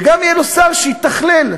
וגם יהיה שר שיתכלל,